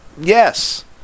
Yes